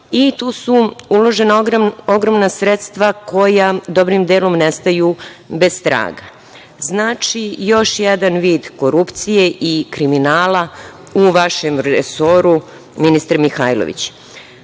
i tu su uložena ogromna sredstva koja dobrim delom nestaju bez traga. Znači još jedan vid korupcije i kriminala u vašem resoru, ministre Mihajlović. Tu